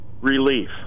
relief